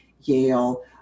Yale